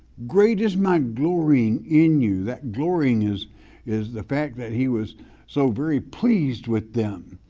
great is my glorying in you. that glorying is is the fact that he was so very pleased with them.